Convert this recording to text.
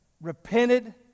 Repented